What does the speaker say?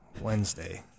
Wednesday